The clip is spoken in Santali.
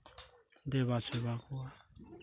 ᱫᱮᱵᱟ ᱥᱮᱵᱟ ᱠᱚᱣᱟ